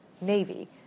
navy